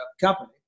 company